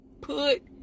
put